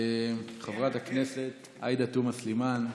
חברת הכנסת עאידה תומא סלימאן,